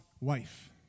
wife